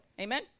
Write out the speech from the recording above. amen